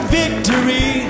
victory